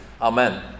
Amen